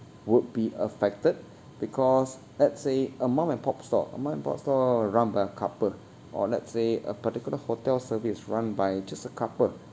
would be affected because let's say a mom-and-pop store a mom-and-pop store run by a couple or let's say a particular hotel service run by just a couple